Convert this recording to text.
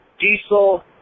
Diesel